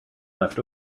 left